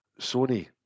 Sony